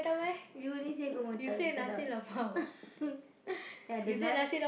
you already say go moota~ mookata ya the na~